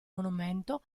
monumento